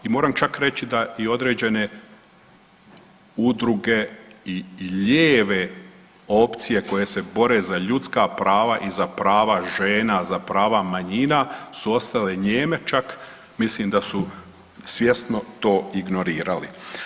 I moram čak reći da i određene udruge i lijeve opcije koje se bore za ljudska prava i za prava žena, za prava manjina su ostale nijeme, čak mislim da su svjesno to ignorirali.